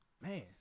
man